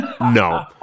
no